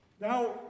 Now